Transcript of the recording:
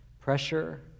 Pressure